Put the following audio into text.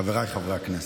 חבריי חברי הכנסת,